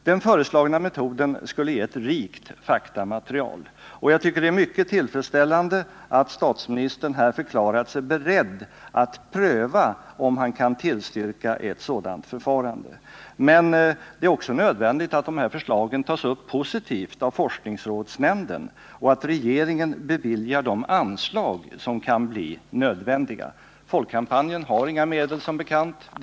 Den föreslagna metoden skulle ge ett rikt faktamaterial, och jag tycker att det är tillfredsställande att statsministern förklarat sig beredd att pröva om han kan tillstyrka ett sådant förfarande. Men det är också nödvändigt att de här förslagen tas upp positivt av forskningsrådsnämnden och att regeringen beviljar de anslag som kan bli nödvändiga. Folkkampanjen har som bekant handlas i reaktorsäkerhetsutredningen och konsekvensutredningen inga medel.